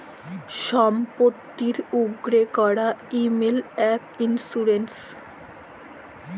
ছম্পত্তির উপ্রে ক্যরা ইমল ইক ইল্সুরেল্স